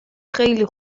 خیلی